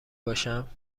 باشم